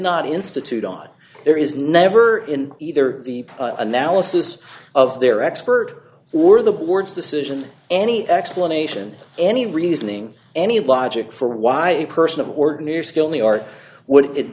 not institute on there is never in either the analysis of their expert were the board's decision any explanation any reasoning any logic for why the person of or